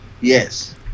yes